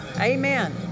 Amen